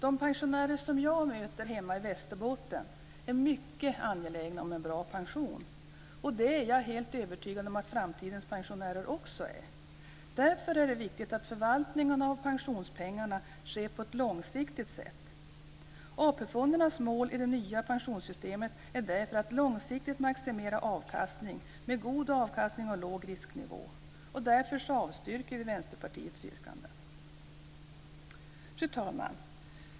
De pensionärer jag möter hemma i Västerbotten är mycket angelägna om en bra pension. Det är jag helt övertygad om att också framtidens pensionärer är. Därför är det viktigt att förvaltningen av pensionspengarna sker på ett långsiktigt sätt. AP-fondernas mål i det nya pensionssystemet är att långsiktigt maximera avkastningen på en låg risknivå. Därför avstyrker vi Vänsterpartiets yrkande. Fru talman!